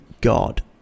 God